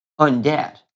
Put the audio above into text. undead